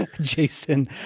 Jason